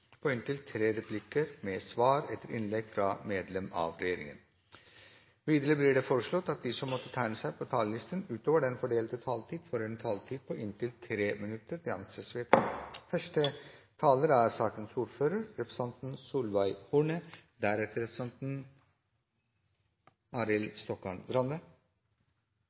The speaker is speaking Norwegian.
på inntil tre replikker med svar etter innlegg fra medlem av regjeringen innenfor den fordelte taletid. Videre blir det foreslått at de som måtte tegne seg på talerlisten utover den fordelte taletid, får en taletid på inntil 3 minutter. – Det anses vedtatt. Vi